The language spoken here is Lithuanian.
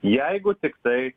jeigu tiktai